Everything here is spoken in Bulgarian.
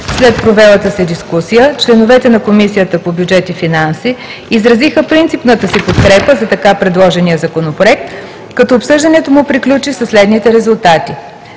След провелата се дискусия членовете на Комисията по бюджет и финанси изразиха принципната си подкрепа за така предложения законопроект, като обсъждането му приключи със следните резултати: